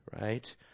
right